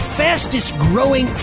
fastest-growing